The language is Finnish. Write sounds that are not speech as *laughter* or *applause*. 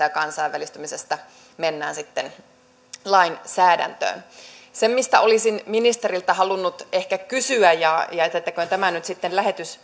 *unintelligible* ja kansainvälistymistä mennään sitten lainsäädäntöön se mistä olisin ministeriltä halunnut ehkä kysyä ja jätettäköön tämä nyt sitten